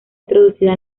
introducida